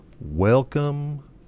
Welcome